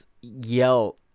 yell